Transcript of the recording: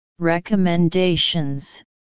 recommendations